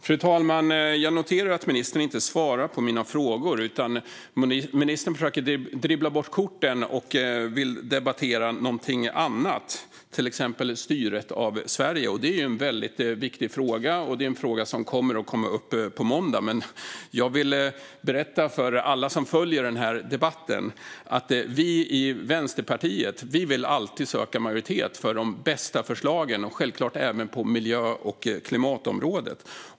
Fru talman! Jag noterar att ministern inte svarar på mina frågor, utan ministern försöker dribbla bort korten och vill debattera något annat, till exempel styret av Sverige. Det är en viktig fråga, och det är en fråga som kommer att komma upp på måndag. För alla som följer debatten vill jag berätta att vi i Vänsterpartiet alltid söker majoritet för de bästa förslagen, självklart även på miljö och klimatområdet.